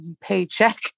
paycheck